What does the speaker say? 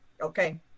okay